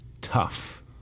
tough